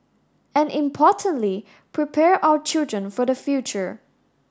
and importantly prepare our children for the future